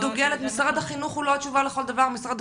משרד החינוך הוא לא התשובה לכל דבר, משרד